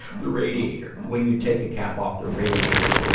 the radiator. when you take the cap off the radiator,